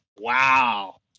Wow